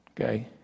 okay